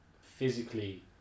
physically